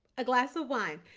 a glass of wine.